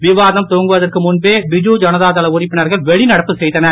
விவாதம் துவங்குவதற்கு முன்பே பிஜு ஜனதா தள உறுப்பினர்கள் வெளிநடப்பு செய்தனர்